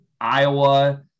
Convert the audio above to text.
Iowa